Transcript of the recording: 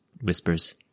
whispers